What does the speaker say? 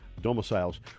domiciles